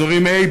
אזורים A,